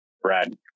Brad